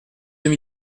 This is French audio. deux